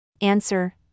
Answer